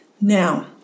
Now